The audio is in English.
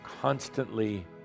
constantly